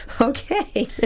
Okay